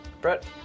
Brett